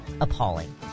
appalling